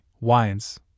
wines